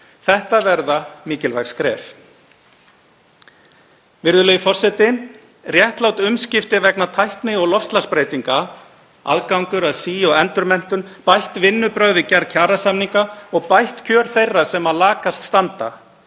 Þetta verða mikilvæg skref. Virðulegi forseti. Réttlát umskipti vegna tækni- og loftslagsbreytinga, aðgangur að sí- og endurmenntun, bætt vinnubrögð við gerð kjarasamninga og bætt kjör þeirra sem lakast standa